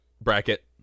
bracket